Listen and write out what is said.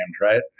right